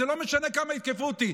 לא משנה כמה יתקפו אותי,